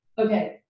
Okay